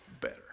better